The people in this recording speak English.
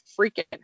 freaking